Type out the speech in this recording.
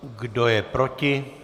Kdo je proti?